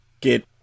get